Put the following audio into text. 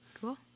cool